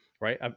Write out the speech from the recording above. right